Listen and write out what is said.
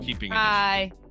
Hi